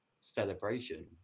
celebration